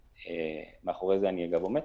מאחורי זה אני עומד,